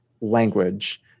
language